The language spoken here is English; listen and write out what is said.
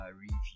review